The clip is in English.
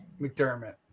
McDermott